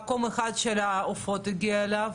במקום לענות לגופם של דברים דיברו על גופו של אדם מי זה בכלל?